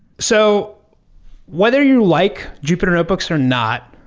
so whether you like jupiter notebooks or not,